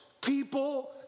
people